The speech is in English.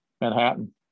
Manhattan